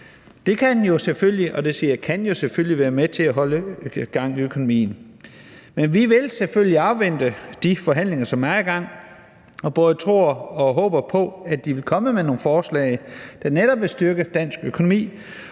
»kan« – være med til at holde gang i økonomien. Men vi vil selvfølgelig afvente de forhandlinger, som er i gang, og vi både tror og håber på, at man vil komme med nogle forslag, der netop vil styrke dansk økonomi,